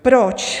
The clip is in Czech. Proč?